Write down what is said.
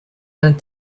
and